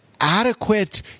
adequate